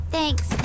Thanks